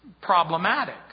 problematic